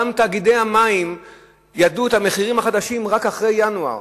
גם תאגידי המים ידעו את המחירים החדשים רק אחרי ינואר.